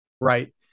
Right